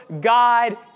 God